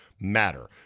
matter